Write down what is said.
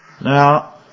Now